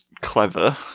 clever